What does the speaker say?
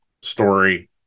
story